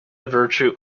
virtue